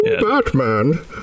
Batman